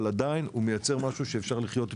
אבל עדיין הוא מייצר משהו שאפשר לחיות אתו,